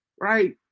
right